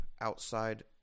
outside